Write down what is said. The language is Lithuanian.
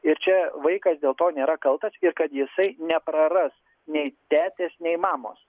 ir čia vaikas dėl to nėra kaltas ir kad jisai nepraras nei tetės nei mamos